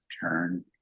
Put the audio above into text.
turn